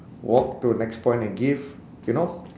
walk to the next point and give you know